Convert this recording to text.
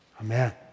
Amen